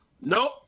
Nope